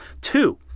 Two